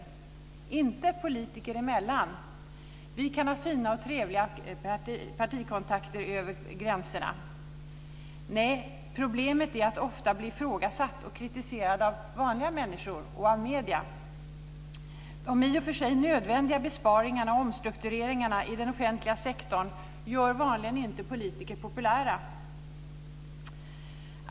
Det gäller inte politiker emellan - vi kan ha fina och trevliga kontakter över partigränserna - nej, problemet är att ofta bli ifrågasatt och kritiserad av "vanliga" människor och i medierna. De i och för sig nödvändiga besparingarna och omstruktureringarna i den offentliga sektorn gör vanligen inte politiker populära.